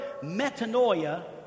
metanoia